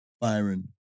Byron